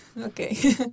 Okay